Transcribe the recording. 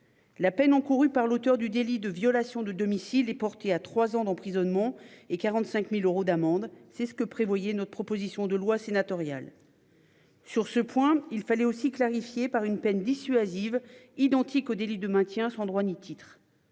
La peine encourue par l'auteur du délit de violation de domicile et portée à 3 ans d'emprisonnement et 45.000 euros d'amende, c'est ce que prévoyaient notre proposition de loi sénatoriale. Sur ce point, il fallait aussi clarifier par une peine dissuasive, identique au délit de maintien sans droit ni titre.